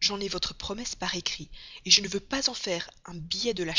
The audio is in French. j'en ai votre promesse par écrit je ne veux pas en faire un billet de la